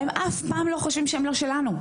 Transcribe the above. הם אף פעם לא חושבים שהם לא שלנו.